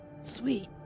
Sweet